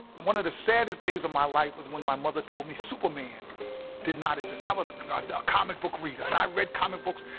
and one of the saddest days of my life was when my mother told me superman did not exist. i was a comic-book reader. and i read comic books.